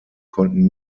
konnten